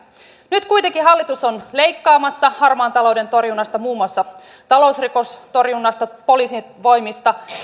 nyt kuitenkin hallitus on leikkaamassa harmaan talouden torjunnasta muun muassa talousrikostorjunnasta poliisin voimista